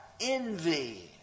envy